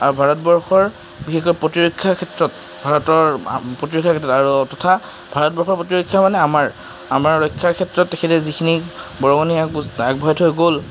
আৰু ভাৰতবৰ্ষৰ বিশেষকৈ প্ৰতিৰক্ষাৰ ক্ষেত্ৰত ভাৰতৰ প্ৰতিৰক্ষাৰ ক্ষেত্ৰত তথা ভাৰতবৰ্ষৰ প্ৰতিৰক্ষা মানে আমাৰ আমাৰ ৰক্ষাৰ ক্ষেত্ৰত তেখেতে যিখিনি বৰঙণি আগব আগবঢ়াই থৈ গ'ল